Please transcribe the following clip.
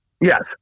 yes